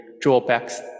drawbacks